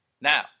Now